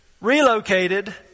relocated